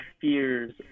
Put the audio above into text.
fears